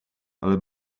ale